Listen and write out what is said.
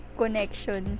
connection